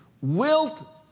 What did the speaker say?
Wilt